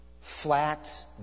Flat